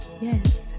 yes